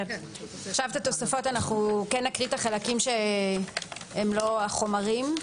התוספות נקריא את החלקים שהם לא החומרים.